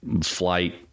flight